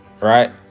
right